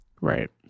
Right